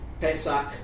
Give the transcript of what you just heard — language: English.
Pesach